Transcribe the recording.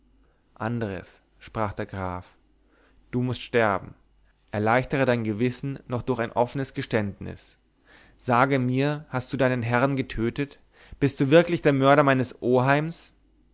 andres sprach der graf du mußt sterben erleichtere dein gewissen noch durch ein offnes geständnis sage mir hast du deinen herrn getötet bist du wirklich der mörder meines oheims